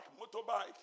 motorbike